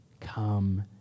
come